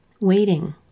waiting